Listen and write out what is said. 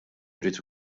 jrid